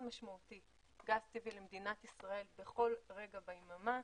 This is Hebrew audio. משמעותי גז טבעי למדינת ישראל בכל רגע ביממה,